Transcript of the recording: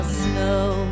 snow